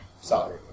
Sorry